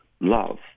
love